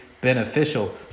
beneficial